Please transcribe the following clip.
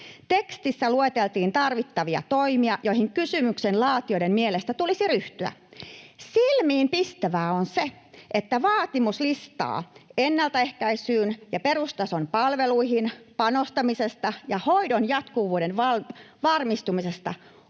Tekstissä lueteltiin tarvittavia toimia, joihin kysymyksen laatijoiden mielestä tulisi ryhtyä. Silmiinpistävää on se, että vaatimuslista ennaltaehkäisyyn ja perustason palveluihin panostamisesta ja hoidon jatkuvuuden varmistamisesta